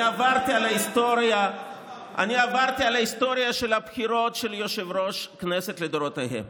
אני עברתי על ההיסטוריה של הבחירות של יושבי-ראש כנסת לדורותיהם.